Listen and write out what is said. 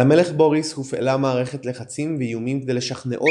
על המלך בוריס הופעלה מערכת לחצים ואיומים כדי לשכנעו